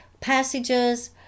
passages